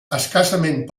escassament